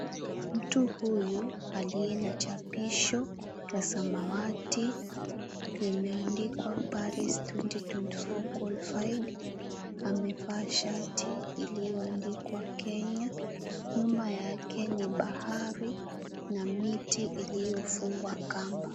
Mtu huyu aliye na chapisho la samawati limeandikwa PALACE 2024 QUALIFIED amevaa shati ilioandikwa KENYA. Nyuma yake ni bahari na miti iliyofungwa kamba.